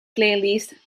playlist